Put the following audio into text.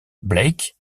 blake